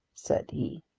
said he,